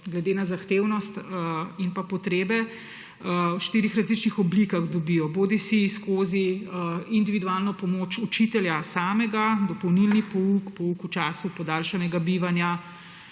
glede na zahtevnost in potrebe, v štirih različnih oblikah dobijo; bodisi skozi individualno pomoč učitelja samega, dopolnilni pouk, pouk v času podaljšanega bivanja,